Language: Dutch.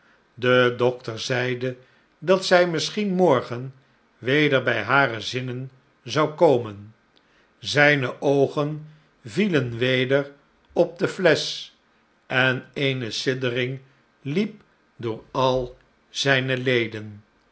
de dokter zeide dat zij misschien morgen weder bij hare zinnen zou komen zijne oogen vielen weder op de flesch en eene siddering hep door al zijne leden